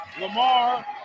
Lamar